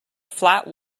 flat